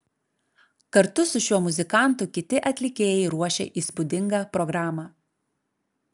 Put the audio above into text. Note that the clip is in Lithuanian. kartu su šiuo muzikantu kiti atlikėjai ruošia įspūdingą programą